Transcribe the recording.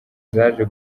zaje